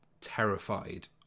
terrified